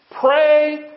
Pray